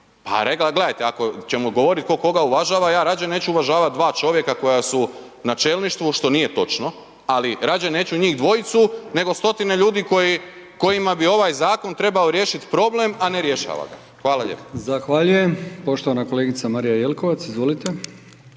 pa gledajte ako ćemo govorit ko koga uvažava, ja rađe neću uvažavat dva čovjeka koja su na čelništvu, što nije točno, ali rađe neću njih dvojicu nego stotine ljudi koji, kojima bi ovaj zakon trebao riješiti problem, a ne rješava ga. Hvala lijepa. **Brkić, Milijan (HDZ)** Zahvaljujem. Poštovana kolegica Marija Jelkovac, izvolite.